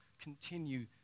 continue